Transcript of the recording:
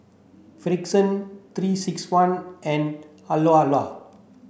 Frixion three six one and